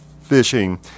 fishing